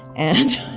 and